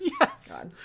Yes